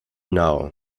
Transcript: now